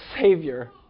Savior